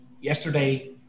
yesterday